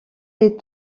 des